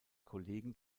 kollegen